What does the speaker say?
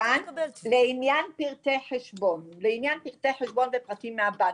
לעניין פרטי חשבון ופרטים מהבנקים,